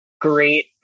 great